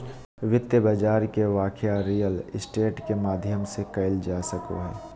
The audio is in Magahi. वित्तीय बाजार के व्याख्या रियल स्टेट के माध्यम से कईल जा सको हइ